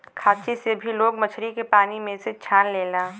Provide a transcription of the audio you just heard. खांची से भी लोग मछरी के पानी में से छान लेला